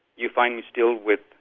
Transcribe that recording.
you find me still with